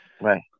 Right